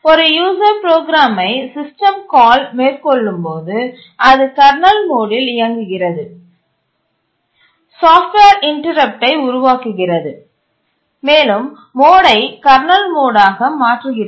ஒரு யூசர் ப்ரோக்ராமை system call மேற்கொள்ளும்போது அது கர்னல் மோடில் இயங்குகிறது சாஃப்ட்வேர் இன்டரப்ட்டை உருவாக்குகிறது மேலும் மோடை கர்னல் மோடாக மாற்றுகிறது